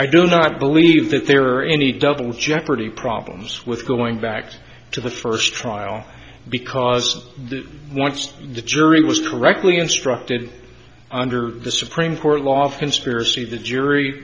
i do not believe that there are any double jeopardy problems with going back to the first trial because the wants the jury was directly instructed under the supreme court loft conspiracy the jury